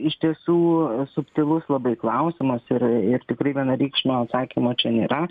iš tiesų subtilus labai klausimas ir tikrai vienareikšmio atsakymo čia nėra